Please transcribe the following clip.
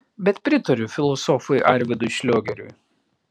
bet pritariu filosofui arvydui šliogeriui